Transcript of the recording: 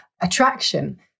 attraction